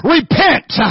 Repent